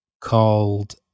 called